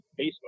Facebook